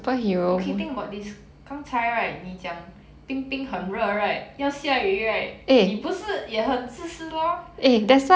okay think about this 刚才 right 你讲冰冰很热 right 要下雨 right 你不是也很自私 loh